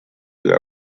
you